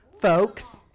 folks